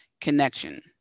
connection